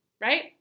right